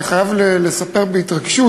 אני חייב לספר בהתרגשות